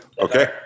Okay